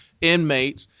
inmates